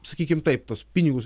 sakykim taip tuos pinigus